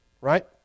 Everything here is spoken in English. right